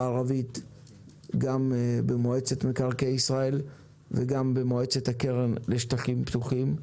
הערבית גם במועצת מקרקעי ישראל וגם במועצת הקרן לשטחים פתוחים,